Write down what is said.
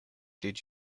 did